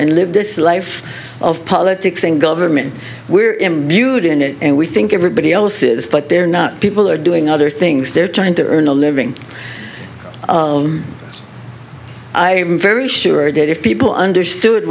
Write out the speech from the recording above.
and live this life of politics and government we're imbued in it and we think everybody else is but they're not people are doing other things they're trying to earn a living i am very sure that if people understood